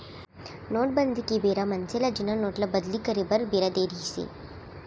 नोटबंदी के बेरा मनसे ल जुन्ना नोट ल बदली करे बर बेरा देय रिहिस हे